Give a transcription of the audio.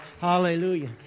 Hallelujah